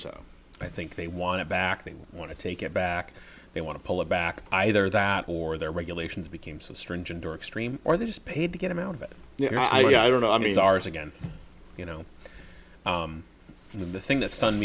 so i think they want it back they want to take it back they want to pull it back either that or their regulations became so stringent or extreme or they just paid to get him out of it you know i don't know i mean it's ours again you know the thing that stun